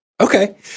Okay